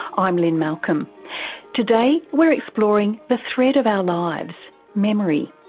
i'm lynne malcolm today we're exploring the thread of our lives memory.